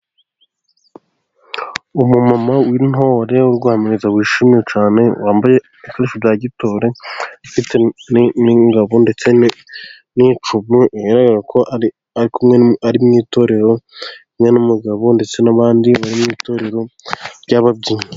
Umumama w'intore uri guhamiriza, wishimye cyane, wambaye ibikoresho bya gitore, ufite n'ingabo ndetse n'icumu, bigaragara ko ari mu itorero rimwe n'umugabo, ndetse n'abandi bari mu itorero ry'ababyinnyi.